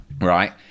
right